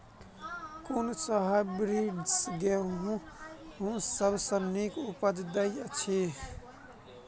कुन सँ हायब्रिडस गेंहूँ सब सँ नीक उपज देय अछि?